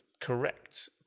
correct